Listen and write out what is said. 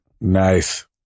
Nice